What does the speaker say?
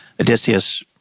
Odysseus